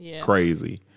crazy